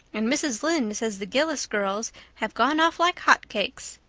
and mrs. lynde says the gillis girls have gone off like hot cakes.